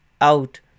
out